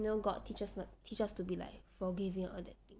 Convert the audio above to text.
you know got teachers teach us to be like forgiving and all that thing